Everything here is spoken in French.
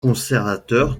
conservateur